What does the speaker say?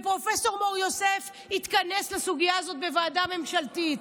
פרופ' מור יוסף התכנס לסוגיה הזאת בוועדה ממשלתית,